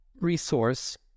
resource